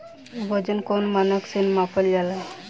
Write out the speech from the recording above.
वजन कौन मानक से मापल जाला?